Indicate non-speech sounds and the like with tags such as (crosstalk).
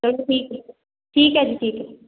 (unintelligible) ਠੀਕ ਠੀਕ ਹੈ ਜੀ ਠੀਕ ਹੈ